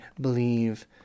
believe